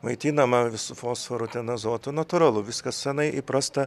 maitinama vis fosforu ten azotu natūralu viskas senai įprasta